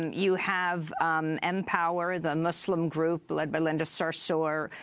you have and mpower, the muslim group led by linda sarsour,